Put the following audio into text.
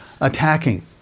attacking